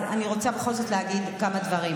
אז אני רוצה בכל זאת להגיד כמה דברים,